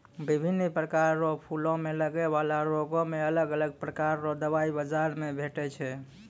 बिभिन्न प्रकार रो फूलो मे लगै बाला रोगो मे अलग अलग प्रकार रो दबाइ बाजार मे भेटै छै